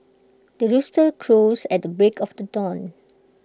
the rooster crows at the break of the dawn